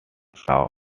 saw